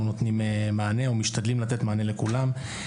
אנחנו נותנים מענה, או משתדלים לתת מענה לכולם.